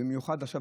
במיוחד עכשיו,